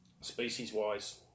species-wise